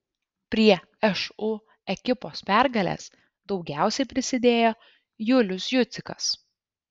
prie šu ekipos pergalės daugiausiai prisidėjo julius jucikas